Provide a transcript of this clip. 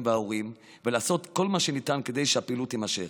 וההורים ולעשות כל מה שניתן כדי שהפעילות תימשך.